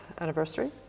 anniversary